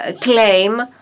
claim